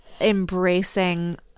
embracing